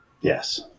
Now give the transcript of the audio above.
Yes